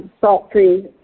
salt-free